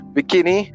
Bikini